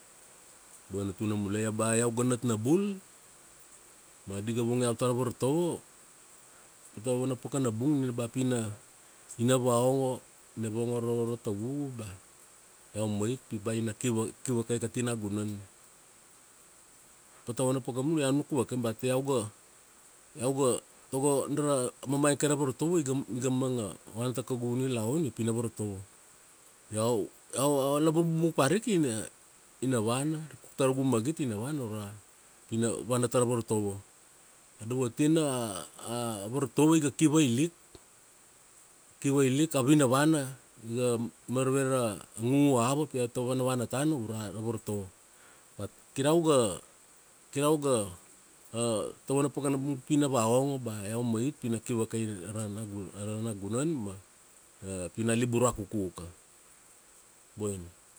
Boina tuna mulai, ba iau ga nat na bul, ma di ga vungi iau tara vartovo, ki ta vana pakana bung ni ba pi na, ina vaungo, ina vongo ra ura tavugu bea, iau mait pi ba ina ki vakai ati nagunan. Pata vana paka bung iau nuk vake ba pi iau ga, iau ga tago na ra mamainga kai ra vartovo iga, iga manga an ta kaugu nilaun upi na vartovo. Iau iau a vala bung bung parika ina, ina vana tarugu magit ina vana ura, ina vana tara vartovo. A dovatina a vartovo iga ki vailik. Ki vailik. A vinavana, iga marave ra ngungu hour pi aveta vanavana tan ura ra vartovo. But, kir iau ga, kir iau ga tavana pakana bung pi na vaongo ba iau mait pina ki vakai ara nagu, ara naguan ma, pina na libur vakuku ka. Boina.